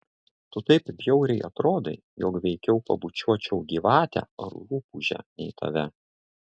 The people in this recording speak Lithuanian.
tu taip bjauriai atrodai jog veikiau pabučiuočiau gyvatę ar rupūžę nei tave